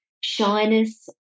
shyness